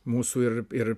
mūsų ir ir